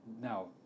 now